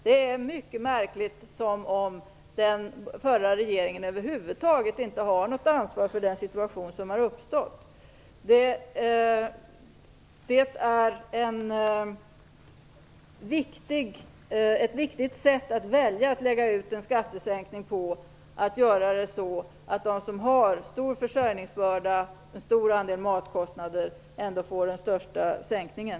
Det verkar som om den förra regeringen över huvud taget inte har något ansvar för den situation som har uppstått. Det är mycket märkligt. Det är viktigt att man väljer att lägga ut en skattesänkning så att de som har stor försörjningsbörda och stora matkostnader får den största sänkningen.